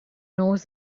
knows